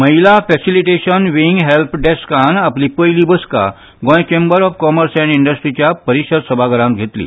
महिला facilitation wing help डेस्कान आपली पयली बसका गोंय चेंबर ऑफ कॉमर्स एण्ड इंडस्ट्रीच्या परिशद सभाघरांत घेतली